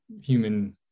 human